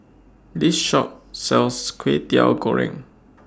This Shop sells Kway Teow Goreng